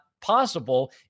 possible